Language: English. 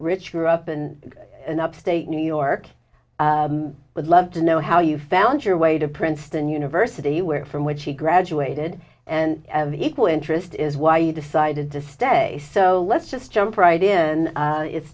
rich grew up in an upstate new york would love to know how you found your way to princeton university where from which she graduated and the equal interest is why you decided to stay so let's just jump right in it's